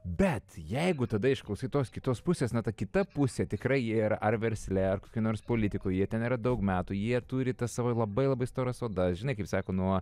bet jeigu tada išklausyti tos kitos pusės ne ta kita pusė tikrai ir ar versle ar kokioj nors politikoj jie ten yra daug metų jie turi tą savo labai labai storas odas žinai kaip sako nuo